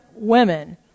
women